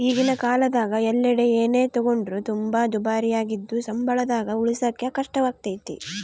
ಈಗಿನ ಕಾಲದಗ ಎಲ್ಲೆಡೆ ಏನೇ ತಗೊಂಡ್ರು ತುಂಬಾ ದುಬಾರಿಯಾಗಿದ್ದು ಸಂಬಳದಾಗ ಉಳಿಸಕೇ ಕಷ್ಟವಾಗೈತೆ